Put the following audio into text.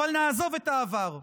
אבל נעזוב את העבר.